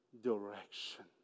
direction